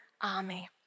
army